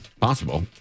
Possible